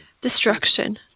destruction